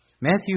Matthew